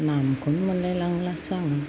नामखौनो मोनलाय लांलासो आङो